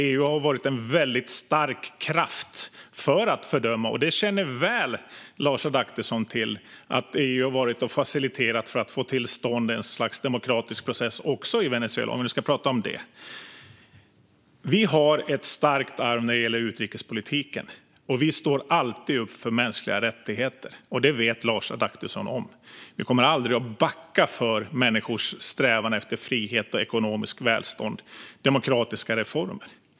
EU har varit en stark kraft för att fördöma. Lars Adaktusson känner till det väl och att EU har faciliterat för att få till stånd ett slags demokratisk process också i Venezuela. Vi har ett starkt arv när det gäller utrikespolitiken, och vi står alltid upp för mänskliga rättigheter. Vi kommer aldrig att backa från människors strävan efter frihet, ekonomiskt välstånd och demokratiska reformer.